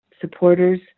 supporters